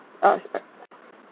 oh